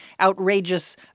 outrageous